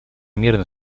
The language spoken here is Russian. мирной